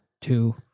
two